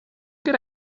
good